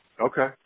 Okay